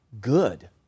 good